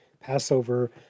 Passover